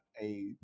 a-